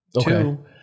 Two